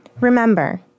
Remember